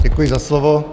Děkuji za slovo.